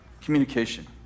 Communication